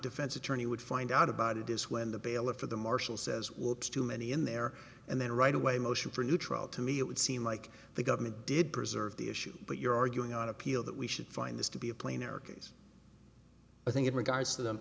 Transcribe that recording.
defense attorney would find out about it is when the bailiff or the marshal says well it's too many in there and then right away motion for a new trial to me it would seem like the government did preserve the issue but you're arguing on appeal that we should find this to be a plane or a case i think it regards them the